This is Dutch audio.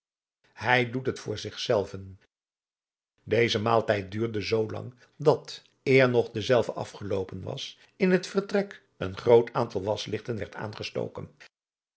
hij doet het voor zich zelven deze maaltijd duurde zoolang dat eer nog dezelve afgeloopen was in het vertrek een groot aantal waslichten werd aangestoken